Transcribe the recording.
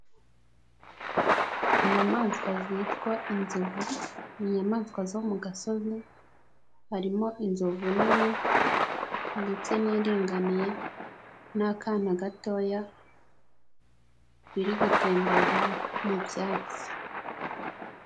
Inyamaswa zitwa inzovu ni inyamaswa zo mu gasozi harimo inzovu nini ndetse n'iringaniye n'akana gatoya biri gutembera mu byatsi.